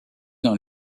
dans